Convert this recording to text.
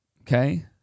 Okay